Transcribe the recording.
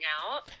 out